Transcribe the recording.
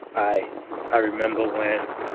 i i remember when